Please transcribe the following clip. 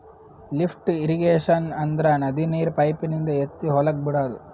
lift irrigation ಅಂದ್ರ ನದಿ ನೀರ್ ಪೈಪಿನಿಂದ ಎತ್ತಿ ಹೊಲಕ್ ಬಿಡಾದು